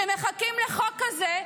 שמחכים לחוק כזה,